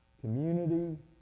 community